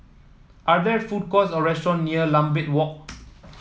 are there food courts or restaurant near Lambeth Walk